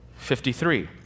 53